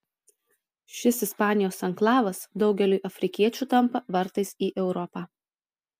šis ispanijos anklavas daugeliui afrikiečių tampa vartais į europą